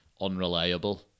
unreliable